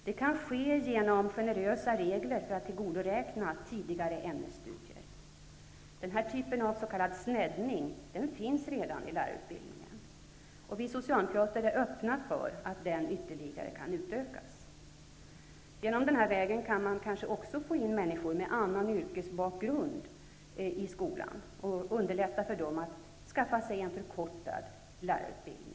Det kan ske genom generösa regler för tillgodoräknande av tidigare ämnesstudier. Den här typen av s.k. sneddning finns redan inom lärarutbildningen. Vi socialdemokrater är öppna för att den kan utökas ytterligare. Den här vägen kan man kanske också få in människor med annan yrkesbakgrund i skolan. Man kan underlätta för dem att skaffa sig en förkortad lärarutbildning.